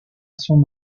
son